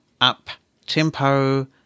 up-tempo